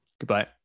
goodbye